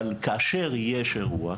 אבל כאשר יש אירוע,